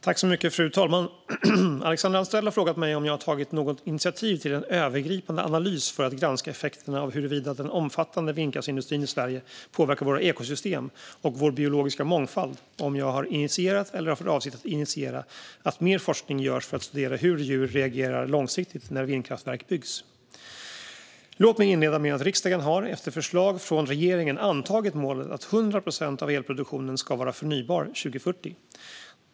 Fru talman! Alexandra Anstrell har frågat mig om jag har tagit något initiativ till en övergripande analys för att granska effekterna av huruvida den omfattande vindkraftsindustrin i Sverige påverkar våra ekosystem och vår biologiska mångfald samt om jag har initierat eller har för avsikt att initiera att mer forskning bedrivs för att studera hur djur reagerar långsiktigt när vindkraftverk byggs. Låt mig inleda med att riksdagen efter förslag från regeringen har antagit målet att 100 procent av elproduktionen ska vara förnybar 2040.